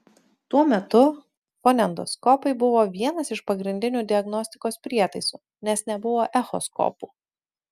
tuo metu fonendoskopai buvo vienas iš pagrindinių diagnostikos prietaisų nes nebuvo echoskopų